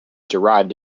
derived